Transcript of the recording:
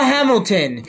Hamilton